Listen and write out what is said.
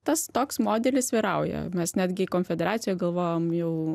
tas toks modelis vyrauja mes netgi konfederaciją galvojom jau